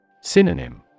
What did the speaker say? Synonym